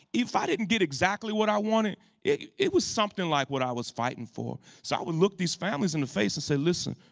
if i didn't get exactly what i wanted it it was something like what i was fighting for. so i would look these families in the face of say listen,